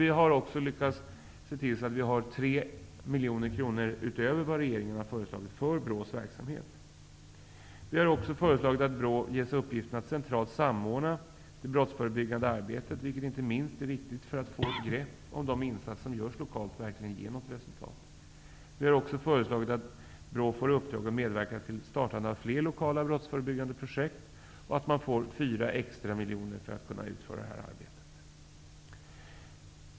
Vi har i vårt förslag lyckats se till så att vi för BRÅ:s verksamhet har 3 miljoner kronor utöver vad regeringen har föreslagit. Vi har föreslagit att BRÅ ges uppgiften att centralt samordna det brottsförebyggande arbetet, vilket inte minst är viktigt för att vi skall få ett grepp om ifall de insatser som görs lokalt verkligen ger något resultat. Vi har också föreslagit att BRÅ får i uppdrag att medverka till startandet av fler lokala brottsförebyggande projekt och att man får 4 extra miljoner för att kunna utföra det arbetet.